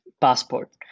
passport